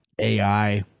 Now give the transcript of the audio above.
AI